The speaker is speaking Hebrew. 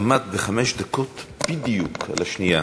עמדת בחמש דקות בדיוק, על השנייה.